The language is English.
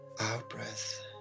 out-breath